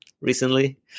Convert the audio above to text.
recently